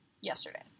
yesterday